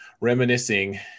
reminiscing